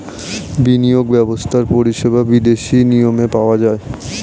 বিনিয়োগ ব্যবস্থার পরিষেবা বিদেশি নিয়মে পাওয়া যায়